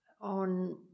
on